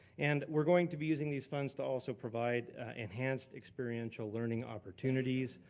and we're going to be using these funds to also provide enhanced experiential learning opportunities,